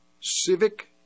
civic